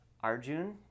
Arjun